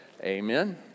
amen